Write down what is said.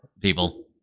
people